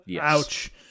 ouch